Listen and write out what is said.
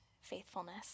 faithfulness